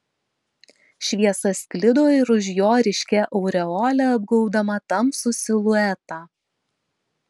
šviesa sklido ir už jo ryškia aureole apgaubdama tamsų siluetą